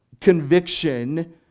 conviction